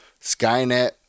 Skynet